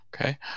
Okay